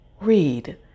read